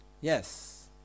Yes